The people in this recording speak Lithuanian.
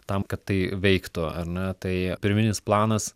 tam kad tai veiktų ar ne tai pirminis planas